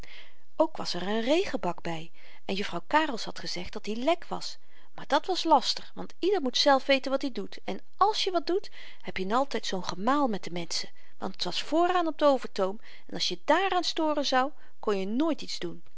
ook was er een regenbak by en juffrouw karels had gezegd dat die lek was maar dat was laster want ieder moet zelf weten wat i doet en àls je wat doet heb je n altyd zoo'n gemaal met de menschen want t was vooraan op d'overtoom en als je je dààraan storen zou konje nooit iets doen